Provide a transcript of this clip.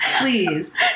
Please